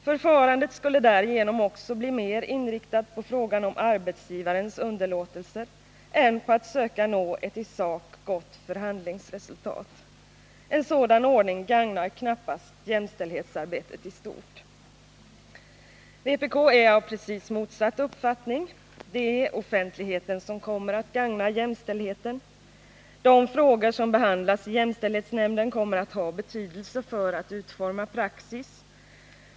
Förfarandet skulle därigenom också bli mer inriktat på frågan om arbetsgivarens underlåtelser än på att söka nå ett i sak gott förhandlingsresultat för framtiden. En sådan ordning gagnar knappast jämställdhetsarbetet i stort.” Vpk är av precis motsatt uppfattning. Det är offentligheten som kommer att gagna jämställdheten. De frågor som behandlas i jämställdhetsnämnden kommer att ha betydelse för utformningen av praxis.